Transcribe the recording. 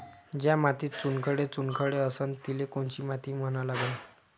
ज्या मातीत चुनखडे चुनखडे असन तिले कोनची माती म्हना लागन?